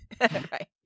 Right